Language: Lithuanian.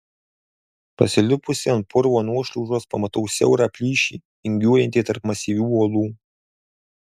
pasilipusi ant purvo nuošliaužos pamatau siaurą plyšį vingiuojantį tarp masyvių uolų